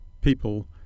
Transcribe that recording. people